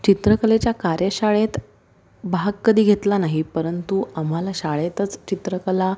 चित्रकलेच्या कार्यशाळेत भाग कधी घेतला नाही परंतु आम्हाला शाळेतच चित्रकला